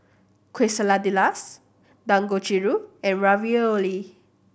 Quesadillas Dangojiru and Ravioli